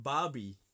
Barbie